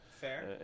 fair